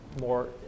more